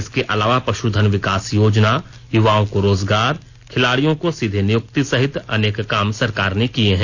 इसके अलावा पशुधन विकास योजना युवाओं को रोजगार खिलाड़ियों को सीधी नियुक्ति सहित अनेक काम सरकार ने किए हैं